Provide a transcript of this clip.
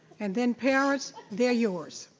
and then parents, they're yours,